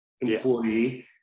employee